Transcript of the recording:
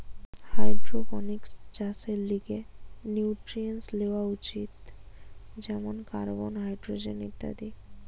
hydroponics চাষের লিগে nutrients লেওয়া উচিত যেমন কার্বন, হাইড্রোজেন ইত্যাদি